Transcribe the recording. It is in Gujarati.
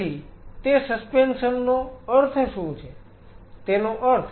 તેથી તે સસ્પેન્શન નો અર્થ શું છે